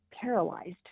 paralyzed